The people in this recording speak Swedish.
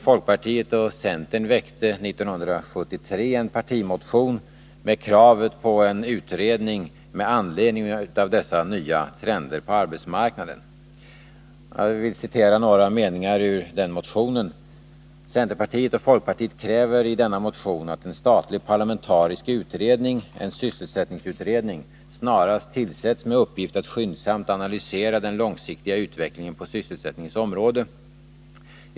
Folkpartiet och centern väckte 1973 en partimotion med krav på en utredning med anledning av dessa nya trender på arbetsmarknaden. Jag vill citera några meningar ur den motionen. ”Centerpartiet och folkpartiet kräver —-—— i denna motion att en statlig parlamentarisk utredning, en sysselsättningsutredning, snarast tillsätts med uppgift att skyndsamt analysera den långsiktiga utvecklingen på sysselsättningens område.